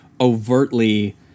overtly